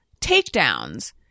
takedowns